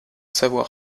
savoir